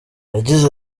yagize